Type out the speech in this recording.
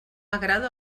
agrada